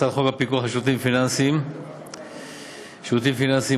הצעת חוק הפיקוח על שירותים פיננסיים (שירותים פיננסיים